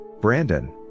Brandon